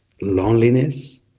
Loneliness